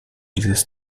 dieses